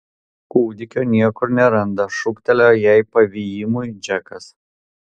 kūdikio niekur neranda šūktelėjo jai pavymui džekas